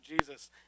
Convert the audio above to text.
Jesus